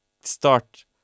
start